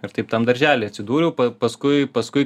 ir taip tam daržely atsidūriau paskui paskui